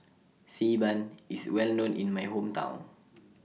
Xi Ban IS Well known in My Hometown